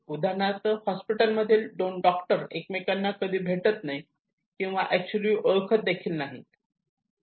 उदाहरणार्थ हॉस्पिटलमधील दोन डॉक्टर एकमेकांना कधी भेटत नाही किंवा ऍक्च्युली ओळखत देखील नाहीत